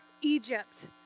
egypt